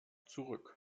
zurück